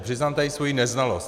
Přiznám tady svoji neznalost.